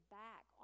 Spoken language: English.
back